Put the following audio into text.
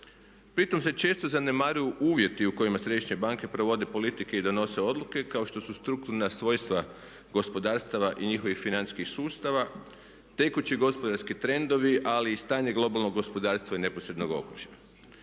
Pritom se često zanemaruju uvjeti u kojima središnje banke provode politike i donose odluke kao što su strukturna svojstva gospodarstava i njihovih financijskih sustava, tekući gospodarski trendovi, ali i stanje globalnog gospodarstva i neposrednog okružja.